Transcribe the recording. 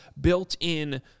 built-in